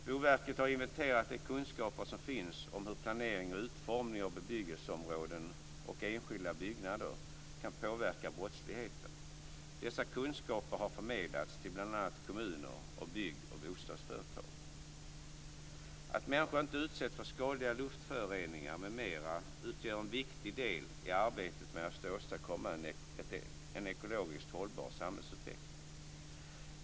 Boverket har inventerat de kunskaper som finns om hur planering och utformning av bebyggelseområden och enskilda byggnader kan påverka brottsligheten. Dessa kunskaper har förmedlats till bl.a. kommuner samt bygg och bostadsföretag. Att människor inte utsätts för skadliga luftföroreningar m.m. utgör en viktig del i arbetet med att åstadkomma en ekologiskt hållbar samhällsutveckling.